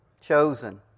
Chosen